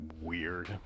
Weird